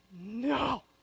no